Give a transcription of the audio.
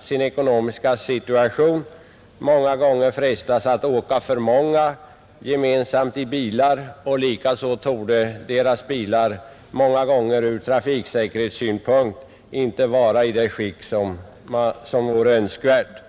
sin ekonomiska situation ofta frestas att åka alltför många gemensamt i bilarna, och likaså torde deras bilar ofta inte vara i önskvärt skick ur trafiksäkerhetssynpunkt.